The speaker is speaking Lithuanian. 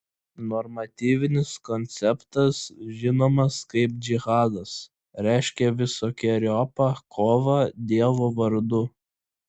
normatyvinis konceptas žinomas kaip džihadas reiškia visokeriopą kovą dievo vardu